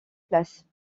places